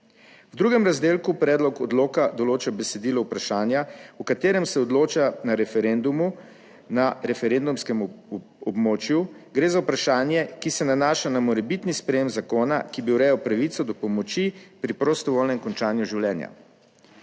V drugem razdelku predlog odloka določa besedilo vprašanja, o katerem se odloča na referendumu, na referendumskem območju. Gre za vprašanje, ki se nanaša na morebitni sprejem zakona, ki bi urejal pravico do pomoči pri prostovoljnem končanju življenja.